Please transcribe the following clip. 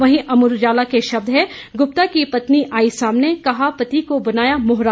वहीं अमर उजाला के शब्द हैं गुप्ता की पत्नी आई सामने कहा पति को बनाया मोहरा